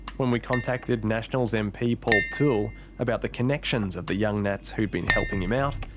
when we contacted nationals mp paul toole about the connections of the young nats who'd been helping him out,